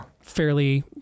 fairly